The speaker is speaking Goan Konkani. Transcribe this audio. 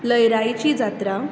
लयराईची जात्रा